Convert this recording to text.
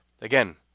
again